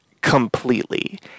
completely